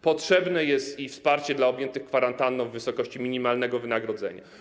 Potrzebne jest też wsparcie dla objętych kwarantanną w wysokości minimalnego wynagrodzenia.